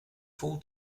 full